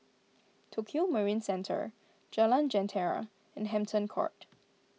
Tokio Marine Centre Jalan Jentera and Hampton Court